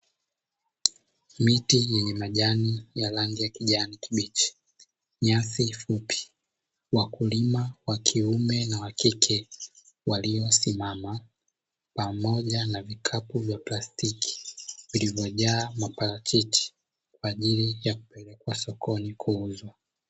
Miti yenye majani ya rangi ya kijani kibichi, nyasi fupi, wakulima wa kiume na wa kike waliosimama, pamoja na vikapu vya plastiki vilivyojaa maparachichi kwa ajili ya kupelekwa sokoni kuuzwa.